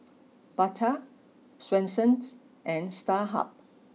Bata Swensens and Starhub